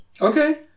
Okay